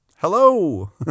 Hello